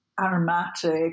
aromatic